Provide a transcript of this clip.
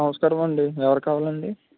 నమస్కారమండి ఎవరు కావాలండి